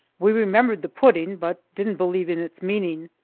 we remembered the pudding, but didn't believe in its meaning.